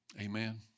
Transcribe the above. Amen